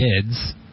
kids-